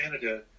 Canada